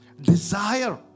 Desire